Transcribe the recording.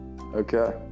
Okay